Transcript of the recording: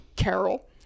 carol